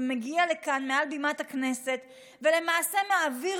מגיע לכאן ומעל בימת הכנסת למעשה מעביר